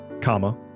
comma